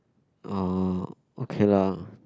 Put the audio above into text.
oh okay lah